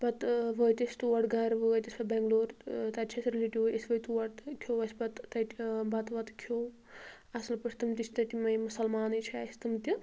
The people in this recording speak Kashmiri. پتہٕ ٲں وٲتۍ أسۍ تورٕ گھرٕ وٲتۍ أسۍ پتہٕ بیٚنٛگلور ٲں تَتہِ چھِ أسۍ رِلیٹِوٕے أسۍ وٲتۍ تور تہٕ کھیٛو اسہِ پتہٕ تَتہِ ٲں بتہٕ وَتہٕ کھیٛو اصٕل پٲٹھۍ تِم تہِ چھِ تَتہِ یِمٔے مسلمانٕے چھِ اسہِ تِم تہِ